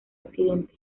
accidente